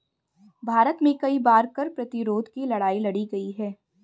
भारत में कई बार कर प्रतिरोध की लड़ाई लड़ी गई है